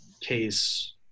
case